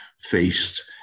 faced